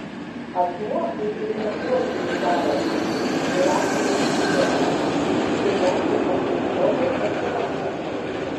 asmuo į infekuotųjų sąrašą įrašomas tik tuomet kai jam ligos simptomai atsiranda